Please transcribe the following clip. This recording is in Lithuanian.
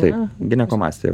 taip ginekomastija